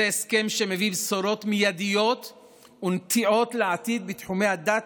זה הסכם שמביא בשורות מיידיות ונטיעות לעתיד בתחומי הדת,